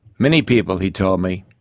many people, he told me,